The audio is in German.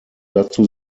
dazu